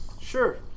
sure